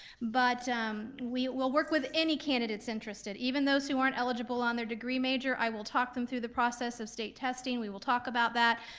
but um we will work with any candidates interested, even those who aren't eligible on their degree major. i will talk them through the process of state testing, we will talk about that,